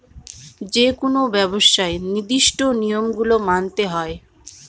যেকোনো ব্যবসায় নির্দিষ্ট নিয়ম গুলো মানতে হয়